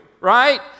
right